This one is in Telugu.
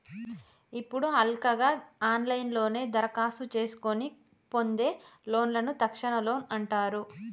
ఇప్పుడు హల్కగా ఆన్లైన్లోనే దరఖాస్తు చేసుకొని పొందే లోన్లను తక్షణ లోన్ అంటారు